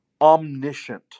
omniscient